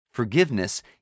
Forgiveness